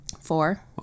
Four